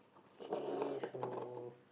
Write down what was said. K so